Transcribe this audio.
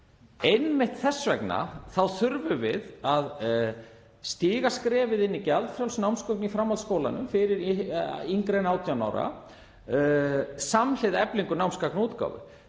Einmitt þess vegna þurfum við að stíga skrefið inn í gjaldfrjáls námsgögn í framhaldsskólunum fyrir yngri en 18 ára samhliða eflingu námsgagnaútgáfu.